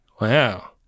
Wow